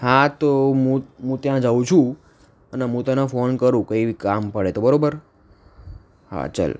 હા તો હું હું ત્યાં જઉં છું અને હું તને ફોન કરું કંઈ બી કામ પડે તો બરાબર હા ચાલ